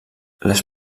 les